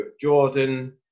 Jordan